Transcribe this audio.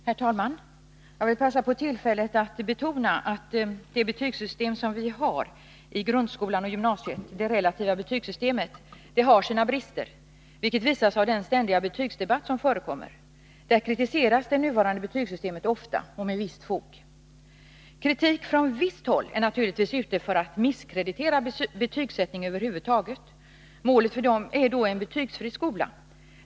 Herr talman! Jag vill passa på tillfället att betona att det betygssystem som vi har i grundskolan och gymnasiet — det relativa betygssystemet — har sina brister, vilket visas av den ständiga betygsdebatt som förekommer. Där kritiseras det nuvarande betygssystemet ofta och med visst fog. Kritik från visst håll är naturligtvis ute för att misskreditera betygsättningen över huvud taget. Målet för dessa kritiker är en betygsfri skola.